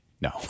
No